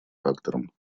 фактором